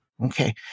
Okay